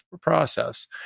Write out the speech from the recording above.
process